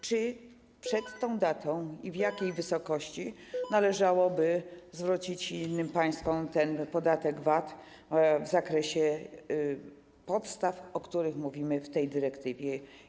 Czy przed tą datą i w jakiej wysokości należałoby zwrócić innym państwom podatek VAT w zakresie podstaw, o których mówimy w tej dyrektywie?